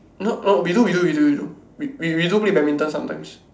not not we do we do we do we do we we do play badminton sometimes